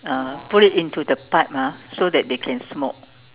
uh put it into the pipe ah so that they can smoke